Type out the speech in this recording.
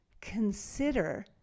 consider